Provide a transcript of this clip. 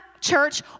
church